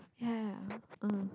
ya uh